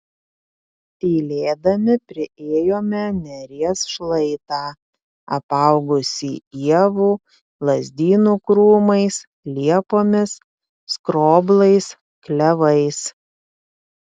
tylėdami priėjome neries šlaitą apaugusį ievų lazdynų krūmais liepomis skroblais klevais